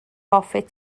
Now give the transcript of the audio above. hoffet